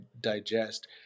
digest